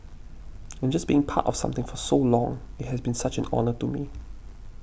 and just being part of something for so long it has been such an honour to me